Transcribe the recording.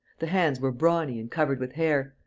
the hands were brawny and covered with hair,